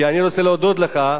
כי אני רוצה להודות לך,